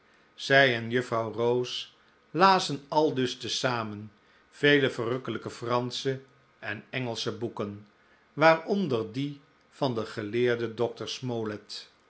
zij en juffrouw rose lazen aldus te zamen vele verrukkelijke fransche en engelsche boeken waaronder die van den geleerden